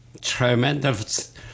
tremendous